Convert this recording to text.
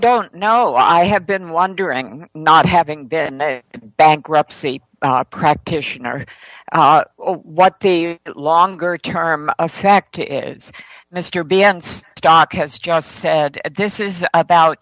don't know i have been wandering not having been a bankruptcy practitioner what the longer term effect is mr b ends stock has just said this is about